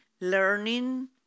learning